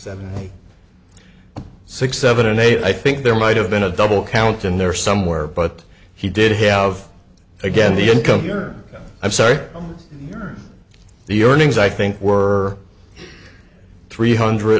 seven six seven eight i think there might have been a double count in there somewhere but he did have again the income here i'm sorry the earnings i think were three hundred